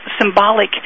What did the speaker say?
symbolic